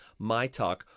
MYTALK